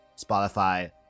Spotify